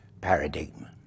paradigm